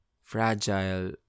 fragile